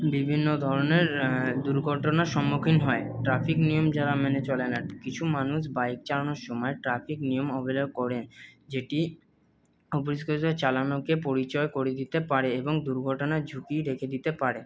বিভিন্ন ধরনের দুর্ঘটনার সম্মুখীন হয় ট্রাফিক নিয়ম যারা মেনে চলে না কিছু মানুষ বাইক চালানোর সময় ট্রাফিক নিয়ম অবহেলা করে যেটি চালানোকে পরিচয় করিয়ে দিতে পারে এবং দুর্ঘটনার ঝুঁকি রেখে দিতে পারে